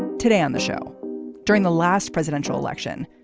today on the show during the last presidential election.